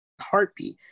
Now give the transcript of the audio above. heartbeat